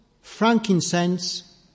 frankincense